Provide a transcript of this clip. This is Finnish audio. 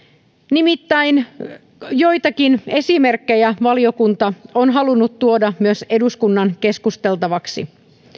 nimittäin joitakin esimerkkejä valiokunta on halunnut tuoda myös eduskunnan keskusteltavaksi